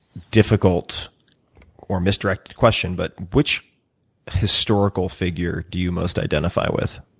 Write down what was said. difficult or misdirected question. but which historical figure do you most identify with,